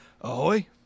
ahoy